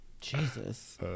jesus